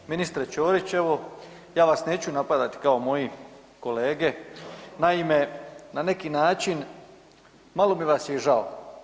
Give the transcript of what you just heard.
Uvaženi ministre Ćorić, evo ja vas neću napadati kao moji kolege, naime na neki način malo mi vas je i žao.